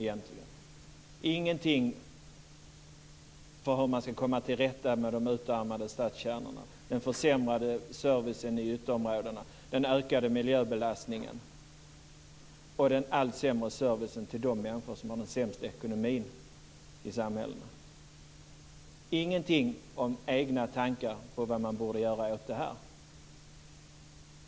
Man säger ingenting om hur man ska komma till rätta med de utarmade stadskärnorna, den försämrade servicen i ytterområdena, den ökade miljöbelastningen och den allt sämre servicen till de människor som har den sämsta ekonomin i samhället. Man redovisar inga egna tankar om vad som borde göras åt det här.